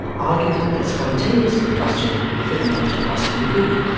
arguing that spontaneous combustion could not possibly be.